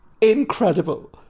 incredible